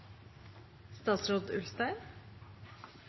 Statsråd